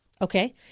Okay